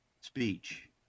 speech